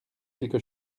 quelque